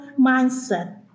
mindset